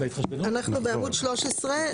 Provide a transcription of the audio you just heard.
אנחנו בעמוד 13,